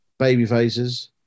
babyfaces